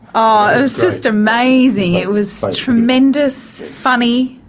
ah it was just amazing. it was tremendous, funny,